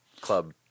club